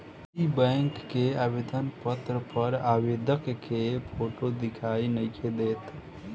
इ बैक के आवेदन पत्र पर आवेदक के फोटो दिखाई नइखे देत